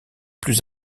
plus